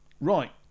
Right